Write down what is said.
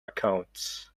accounts